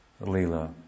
Lila